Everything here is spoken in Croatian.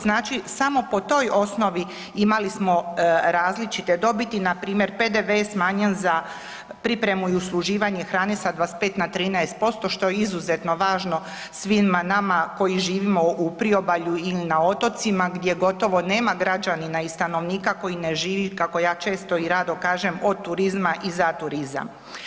Znači samo po toj osnovi imali smo različite dobit, npr. PDV je smanjen za pripremu i usluživanje hrane sa 25 na 13% što je izuzetno važno svima nama koji živimo u priobalju ili na otocima gdje gotovo nema građanina i stanovnika koji ne živi kako ja često i rado kažem, od turizma i za turizam.